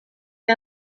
que